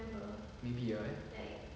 maybe you're right